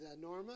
Norma